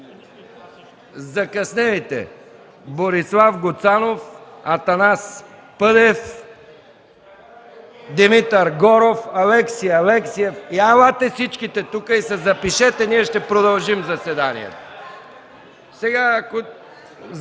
Закъснелите: Борислав Гуцанов, Атанас Пъдев, Димитър Горов, Алекси Алексиев. – елате всичките тук и се запишете, ние ще продължим заседанието.